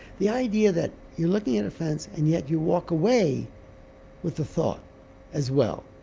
the idea that you're looking at a fence and yet you walk away with a thought as well.